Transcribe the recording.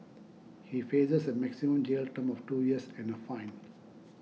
he faces a maximum jail term of two years and a fine